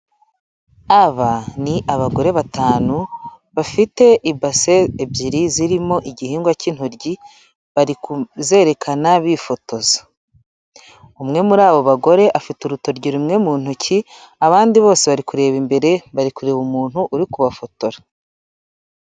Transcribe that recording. Aba ni abagore batanu bafite ibase ebyiri zirimo igihingwa cy'intoryi, bari kuzerekana bifotoza, umwe muri abo bagore afite urutoryi rumwe mu ntoki, abandi bose bari kureba imbere bari kureba umuntu uri kubafotora.